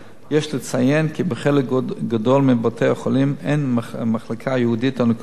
יש לציין כי בחלק גדול מבתי-החולים אין מחלקה ייעודית אונקולוגית